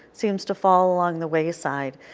seems to fall along the wayside.